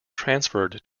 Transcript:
transferred